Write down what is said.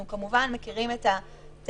אנחנו כמובן מכירים את הטענות,